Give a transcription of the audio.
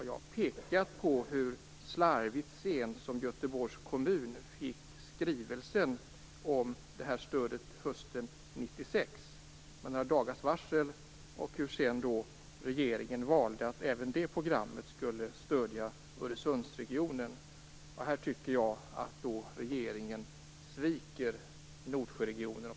Jag har pekat på hur slarvigt sent Göteborgs kommun fick skrivelsen om stödet hösten 1996. Man fick några dagars varsel. Regeringen valde sedan att även med det programmet stödja Öresundsregionen. Jag tycker att regeringen sviker Nordsjöregionen och